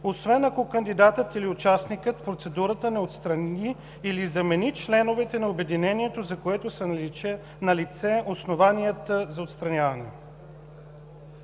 „освен ако кандидатът или участникът в процедурата не отстрани или замени членовете на обединението, за които са налице основанията за отстраняване”.”